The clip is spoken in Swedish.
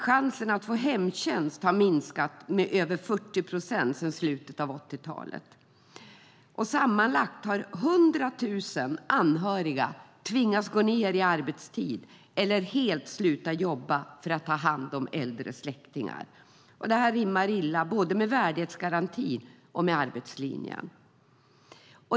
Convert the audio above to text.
Chansen att få hemtjänst har minskat med över 40 procent sedan slutet av 80-talet. Sammanlagt har 100 000 anhöriga tvingats gå ned i arbetstid eller helt sluta jobba för att ta hand om äldre släktingar. Det rimmar illa både med värdighetsgarantin och med arbetslinjen.